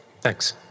Thanks